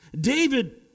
David